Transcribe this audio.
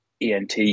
ENT